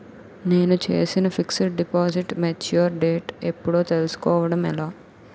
నేను చేసిన fixed deposit mature date ఎప్పుడో తెల్సుకోవడం ఎలా?